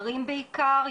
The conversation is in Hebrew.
לכן הם לא מפנים.